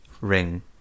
ring